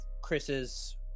Chris's